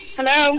Hello